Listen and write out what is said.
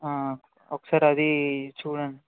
ఒకసారి అది చూడండి